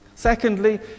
Secondly